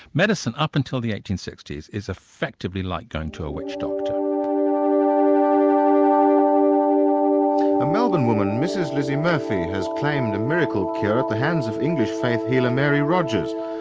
medicine up until the eighteen sixty s is effectively like going to a witch doctor. a melbourne woman, and mrs lizzie murphy, has claimed a miracle cure at the hands of english faith healer, mary rogers.